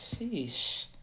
Sheesh